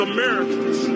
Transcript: Americans